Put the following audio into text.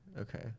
Okay